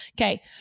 Okay